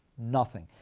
nothing.